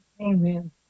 Amen